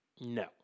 no